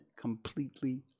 completely